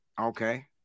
Okay